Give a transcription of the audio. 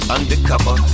Undercover